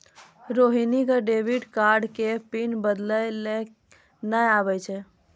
रोहिणी क डेबिट कार्डो के पिन बदलै लेय नै आबै छै